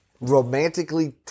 Romantically